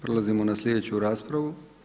Prelazimo na sljedeću raspravu.